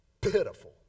pitiful